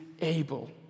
able